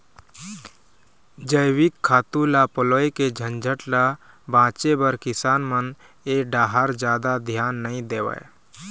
जइविक खातू ल पलोए के झंझट ल बाचे बर किसान मन ए डाहर जादा धियान नइ देवय